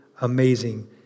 amazing